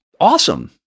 awesome